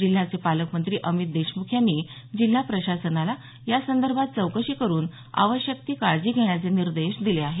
जिल्ह्याचे पालकमंत्री अमित देशमुख यांनी जिल्हा प्रशासनाला यासंदर्भाने चौकशी करून आवश्यक ती काळजी घेण्याचे निर्देश दिले आहेत